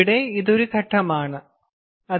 ഇവിടെ ഇത് ഒരു ഘട്ടമായിരിക്കാം